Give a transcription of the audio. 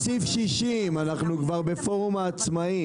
עברנו לפורום העצמאים.